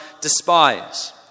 despise